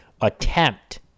attempt